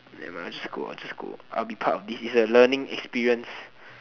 nevermind I'll just go I'll just go I'll be part of this it's a learning experience